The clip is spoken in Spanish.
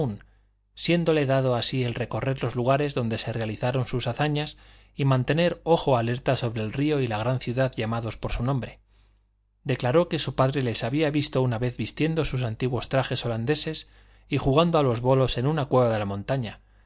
siéndole dado así el recorrer los lugares donde se realizaron sus hazañas y mantener ojo alerta sobre el río y la gran ciudad llamados por su nombre declaró que su padre les había visto una vez vistiendo sus antiguos trajes holandeses y jugando a los bolos en una cueva de la montaña